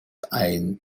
ein